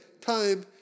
time